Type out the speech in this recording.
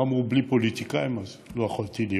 הם אמרו "בלי פוליטיקאים", אז לא יכולתי להיות.